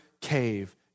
cave